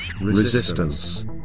resistance